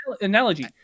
analogy